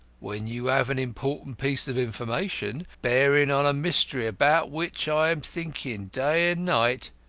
when you have an important piece of information bearing on a mystery about which i am thinking day and night,